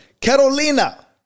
Carolina